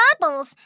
bubbles